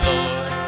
Lord